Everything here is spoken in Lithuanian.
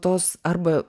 tos arba